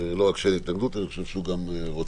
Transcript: לא רק שאין התנגדות, אני חושב שהוא גם רוצה.